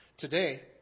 today